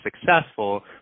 successful